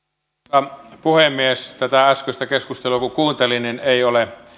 arvoisa puhemies tätä äskeistä keskustelua kun kuuntelin niin ei ole